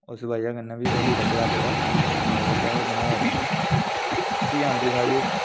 उस बजह् कन्नै बी होली दा ध्यार बी बड़ा बड्डा मन्नेआ जंदा ऐ